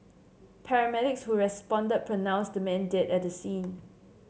paramedics who responded pronounced the man dead at the scene